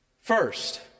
First